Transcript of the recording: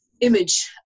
image